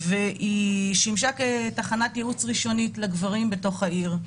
והיא שימשה כתחנת ייעוץ ראשונית לגברים בתוך העיר.